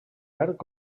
verd